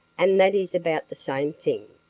and that is about the same thing.